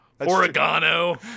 Oregano